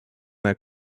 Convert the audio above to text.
that